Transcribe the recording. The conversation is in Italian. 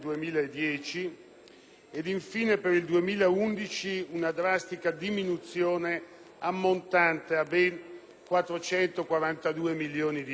e, infine, per il 2011 una drastica diminuzione ammontante a ben 442 milioni di euro.